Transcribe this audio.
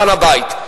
בנה בית,